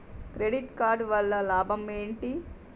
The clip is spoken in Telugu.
క్రెడిట్ కార్డు వల్ల లాభం ఏంటి?